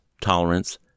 tolerance